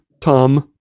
Tom